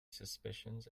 suspicions